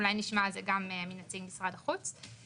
אולי נשמע על זה גם מנציג משרד החוץ.